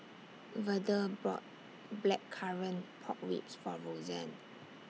Verdell bought Blackcurrant Pork Ribs For Roseanne